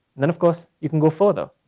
and then of course you can go further.